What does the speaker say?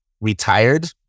retired